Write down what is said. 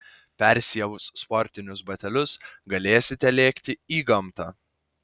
persiavus sportinius batelius galėsite lėkti į gamtą